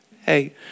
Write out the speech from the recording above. Hey